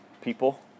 people